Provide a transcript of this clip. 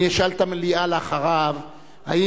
אני אשאל את המליאה אחרי דבריו אם